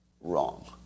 wrong